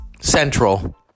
Central